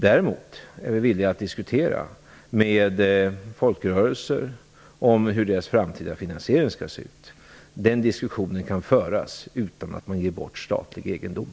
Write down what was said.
Däremot är vi villiga att diskutera med folkrörelserna om hur deras framtida finansiering skall se ut. Den diskussionen kan föras utan att man ger bort statlig egendom.